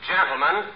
Gentlemen